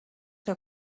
que